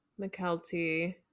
McKelty